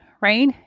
right